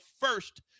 first